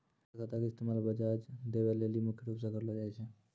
बचत खाता के इस्तेमाल ब्याज देवै लेली मुख्य रूप से करलो जाय छै